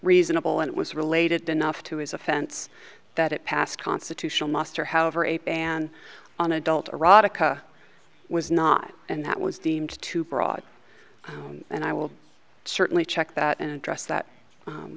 reasonable and it was related enough to his offense that it pass constitutional muster however a ban on adult erotica was not and that was deemed too broad and i will certainly check that and address that